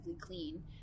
clean